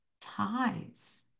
ties